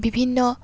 বিভিন্ন